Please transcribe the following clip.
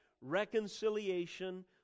reconciliation